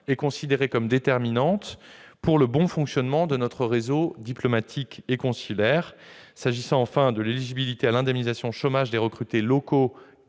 au quotidien est déterminante pour le bon fonctionnement de notre réseau diplomatique et consulaire. Enfin, s'agissant de l'éligibilité à l'indemnisation chômage des recrutés locaux